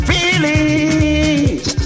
Feelings